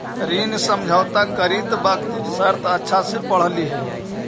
ऋण समझौता करित वक्त शर्त अच्छा से पढ़ लिहें